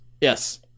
yes